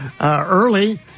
early